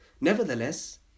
Nevertheless